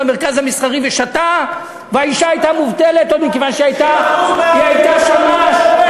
במרכז המסחרי ושתה והאישה הייתה מובטלת מכיוון שהיא הייתה שם,